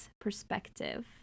perspective